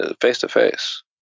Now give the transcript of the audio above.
face-to-face